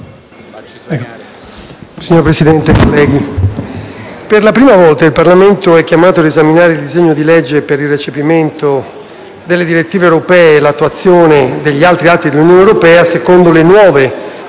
Signor Presidente, onorevoli colleghi, per la prima volta il Parlamento è chiamato ad esaminare il disegno di legge per il recepimento delle direttive europee e l'attuazione degli altri atti di Unione europea secondo le nuove